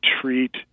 treat